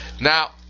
Now